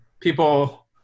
people